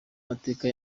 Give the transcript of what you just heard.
mateka